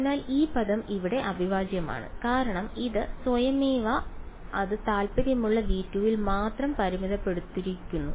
അതിനാൽ ഈ പദം ഇവിടെ അവിഭാജ്യമാണ് കാരണം ഇത് സ്വയമേവ അത് താൽപ്പര്യമുള്ള V2 ൽ മാത്രം പരിമിതപ്പെടുത്തിയിരിക്കുന്നു